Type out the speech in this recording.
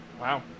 Wow